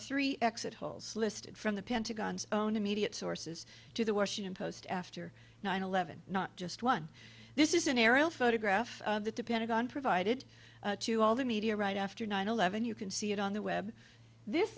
three exit holes listed from the pentagon's own immediate sources to the washington post after nine eleven not just one this is an aerial photograph that the pentagon provided to all the media right after nine eleven you can see it on the web this